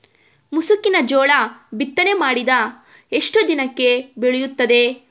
ಮುಸುಕಿನ ಜೋಳ ಬಿತ್ತನೆ ಮಾಡಿದ ಎಷ್ಟು ದಿನಕ್ಕೆ ಬೆಳೆಯುತ್ತದೆ?